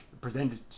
presented